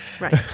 Right